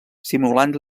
simulant